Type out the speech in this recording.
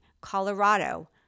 Colorado